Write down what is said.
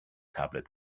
tablet